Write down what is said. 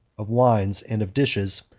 of wines, and of dishes,